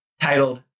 titled